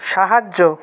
সাহায্য